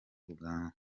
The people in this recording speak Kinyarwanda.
uganda